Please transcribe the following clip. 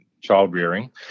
child-rearing